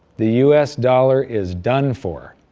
the us dollar is done for!